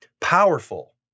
powerful